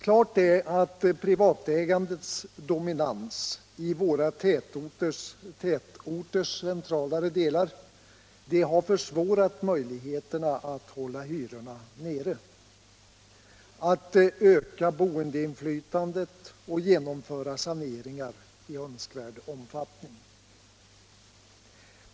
Klart är att privatägandets dominans i våra tätorters centralare delar har försämrat möjligheterna att hålla hyrorna nere, att öka boendeinflytandet och genomföra saneringar i önskvärd omfattning.